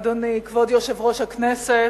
אדוני כבוד יושב-ראש הכנסת,